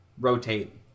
rotate